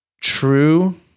true